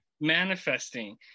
manifesting